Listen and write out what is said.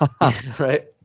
Right